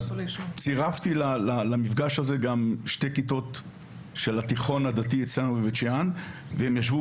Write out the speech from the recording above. צירפתי למפגש הזה גם שתי כיתות של התיכון הדתי אצלנו בבית שאן והם ישבו